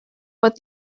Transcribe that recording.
what